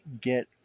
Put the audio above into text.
get